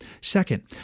Second